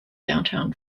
downtown